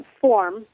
form